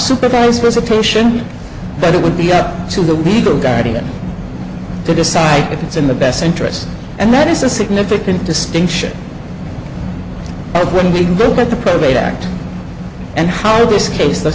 supervised visitation but it would be up to the legal guardian to decide if it's in the best interest and that is a significant distinction and when we look at the probate act and how this case the